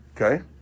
Okay